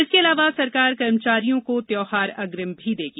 इसके अलावा सरकार कर्मचारियों को त्यौहार अग्रिम भी देगी